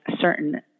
certain